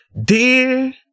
Dear